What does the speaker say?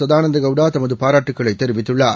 சதானந்தகௌடாதமதுபாராட்டுக்களைதெரிவித்துள்ளார்